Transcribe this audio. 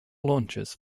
launchers